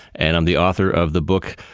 and i'm the author of the book,